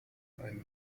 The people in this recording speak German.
einmal